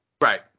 Right